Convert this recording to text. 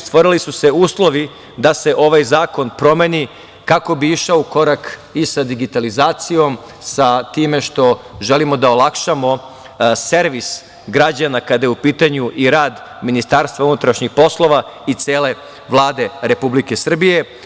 stvorili su se uslovi da se ovaj zakon promeni kako bi išao u korak i za digitalizacijom, sa time što želimo da olakšamo servis građana kada je u pitanju i rad Ministarstva unutrašnjih poslova i cele Vlade Republike Srbije.